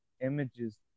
images